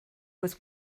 was